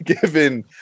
given